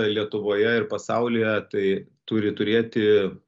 lietuvoje ir pasaulyje tai turi turėti